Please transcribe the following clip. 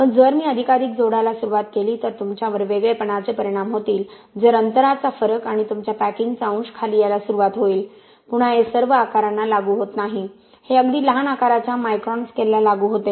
पण जर मी अधिकाधिक जोडायला सुरुवात केली तर तुमच्यावर वेगळेपणाचे परिणाम होतील जर अंतराचा फरक आणि तुमच्या पॅकिंगचा अंश खाली यायला सुरुवात होईल पुन्हा हे सर्व आकारांना लागू होत नाही हे अगदी लहान आकाराच्या मायक्रॉन स्केलला लागू होते